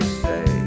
say